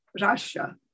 Russia